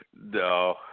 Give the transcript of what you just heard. No